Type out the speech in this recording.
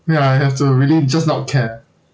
ya you have to really just not care